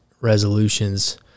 resolutions